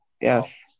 Yes